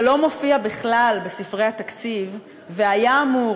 שלא מופיע בכלל בספרי התקציב והיה אמור